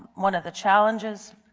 one of the challenges,